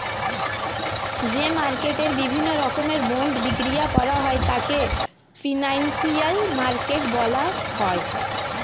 যে মার্কেটে বিভিন্ন রকমের বন্ড বিক্রি করা হয় তাকে ফিনান্সিয়াল মার্কেট বলা হয়